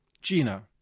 Gina